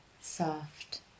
soft